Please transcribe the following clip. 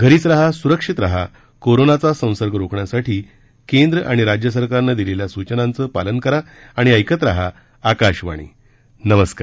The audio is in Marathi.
घरीच रहा सुरक्षित रहा कोरोनाचा संसर्ग रोखण्यासाठी केंद्र आणि राज्य सरकारनं दिलेल्या सूचनांचं पालन करा आणि ऐकत रहा आकाशवाणी नमस्कार